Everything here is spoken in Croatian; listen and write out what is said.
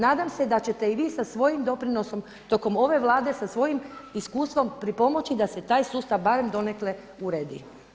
Nadam se da ćete i vi sa svojim doprinosom tokom ove Vlade sa svojim iskustvom pripomoći da se taj sustav barem donekle uredi.